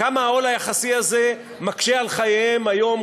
כמה העול היחסי הזה מקשה על חייהם היום,